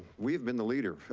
we have been the leader.